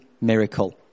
miracle